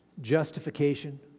justification